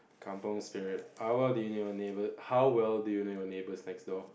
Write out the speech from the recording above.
Kampung Spirit how well do you know your neighbours how well do you know your neighbours next door